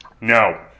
No